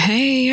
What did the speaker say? Hey